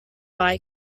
biking